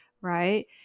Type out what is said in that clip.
right